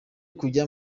kujya